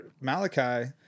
malachi